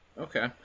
okay